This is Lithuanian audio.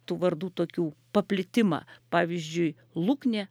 tų vardų tokių paplitimą pavyzdžiui luknė